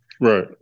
Right